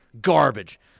garbage